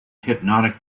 hypnotic